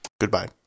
Goodbye